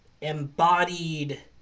embodied